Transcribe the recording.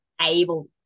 able